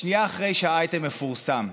שנייה אחרי שהאייטם מפורסם.